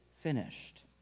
finished